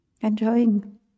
enjoying